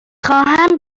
خواهم